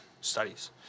studies